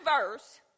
verse